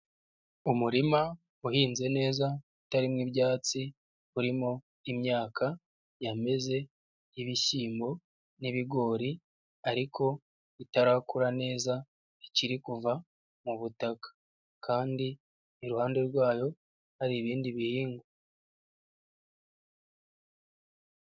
Umurima uhinze neza utarimo ibyatsi urimo imyaka yameze y'ibishyimbo n'ibigori ariko itarakura neza ikiri kuva mu butaka kandi iruhande rwayo hari ibindi bihingwa.